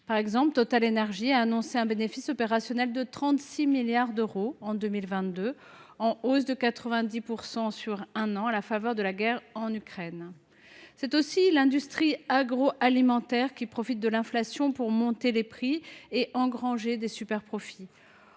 Par exemple, TotalEnergies a annoncé un bénéfice opérationnel de 36 milliards d’euros en 2022, en hausse de 90 % sur un an, à la faveur de la guerre en Ukraine. L’industrie agroalimentaire, quant à elle, profite de l’inflation pour augmenter les prix et engranger des superprofits.